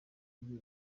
cyiciro